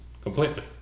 Completely